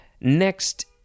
Next